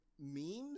memes